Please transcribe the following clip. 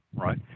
Right